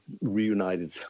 reunited